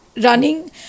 running